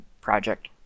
project